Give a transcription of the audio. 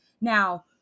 Now